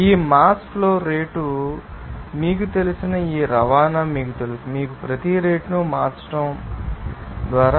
ఈ mass flow rate ద్వారా మీకు తెలిసిన ఈ రవాణా మీకు తెలుస్తుంది మీకు ప్రతి రేటును మార్చడం మీకు తెలుసు